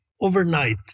overnight